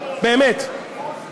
באמת,